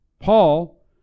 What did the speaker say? Paul